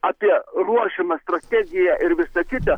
apie ruošiamą strategiją ir visa kita